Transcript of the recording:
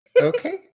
Okay